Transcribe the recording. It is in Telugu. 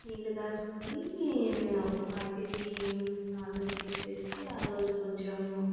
నీళ్ళు కాచుకొని వాటిని స్నానం చేసి ఆ రోజు కొంచెం